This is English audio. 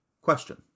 Question